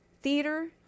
theater